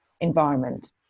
environment